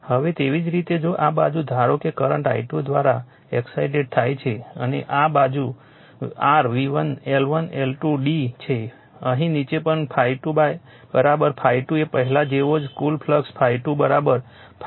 તેથી હવે તેવી જ રીતે જો આ બાજુ ધારો કે કરંટ i2 દ્વારા એક્સસાઈટેડ થાય છે અને આ બાજુ r V1 L1 L2 d છે અહીં નીચે પણ ∅2 ∅2 એ પહેલા જેવો જ કુલ ફ્લક્સ ∅2 ∅22 ∅21 છે